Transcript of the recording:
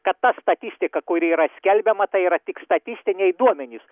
kad ta statistika kuri yra skelbiama tai yra tik statistiniai duomenys